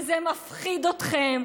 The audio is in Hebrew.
וזה מפחיד אתכם.